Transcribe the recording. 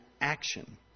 action